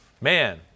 man